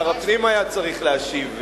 שר הפנים היה צריך להשיב,